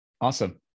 awesome